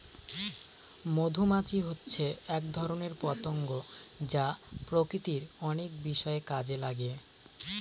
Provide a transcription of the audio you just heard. মধুমাছি হচ্ছে এক ধরনের পতঙ্গ যা প্রকৃতির অনেক বিষয়ে কাজে লাগে